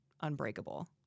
unbreakable